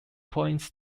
points